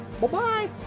Bye-bye